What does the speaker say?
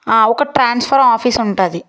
ఒక transfer office ఉంటుంది